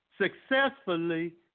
successfully